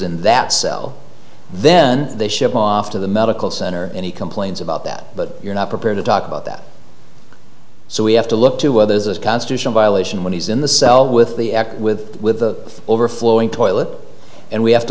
in that cell then they ship off to the medical center and he complains about that but you're not prepared to talk about that so we have to look to others as constitutional violation when he's in the cell with the act with with the overflowing toilet and we have to